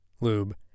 lube